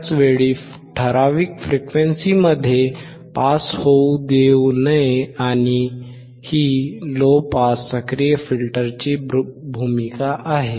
त्याच वेळी ठराविक फ्रिक्वेन्सीमध्ये पास होऊ देऊ नये आणि ही लो पास सक्रिय फिल्टरची भूमिका आहे